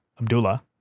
Abdullah